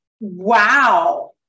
Wow